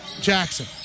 Jackson